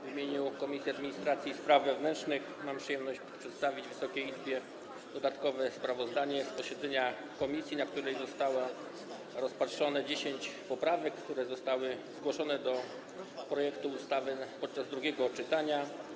W imieniu Komisji Administracji i Spraw Wewnętrznych mam przyjemność przedstawić Wysokiej Izbie dodatkowe sprawozdanie z posiedzenia komisji, na którym zostało rozpatrzonych 10 poprawek, jakie zostały zgłoszone do projektu ustawy podczas drugiego czytania.